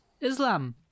Islam